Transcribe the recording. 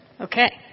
okay